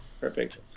Perfect